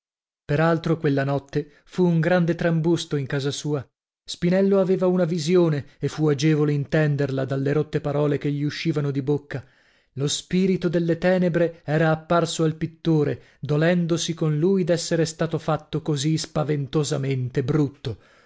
altro quella notte fu un grande trambusto in casa sua spinello aveva una visione e fu agevole intenderla dalle rotte parole che gli uscivano di bocca lo spirito delle tenebre era apparso al pittore dolendosi con lui d'essere stato fatto così spaventosamente brutto